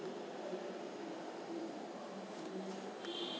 ಈರುಳ್ಳಿ ಬೆಳೆಯಲ್ಲಿ ಕೊಳೆರೋಗದ ಲಕ್ಷಣಗಳೇನು?